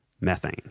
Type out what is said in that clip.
methane